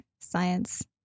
science